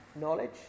knowledge